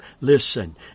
Listen